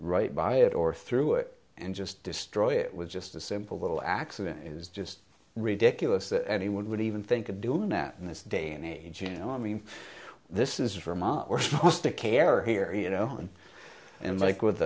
right by it or through it and just destroy it was just a simple little accident it was just ridiculous that anyone would even think of doing that in this day and age you know i mean this is from out we're supposed to care here you know and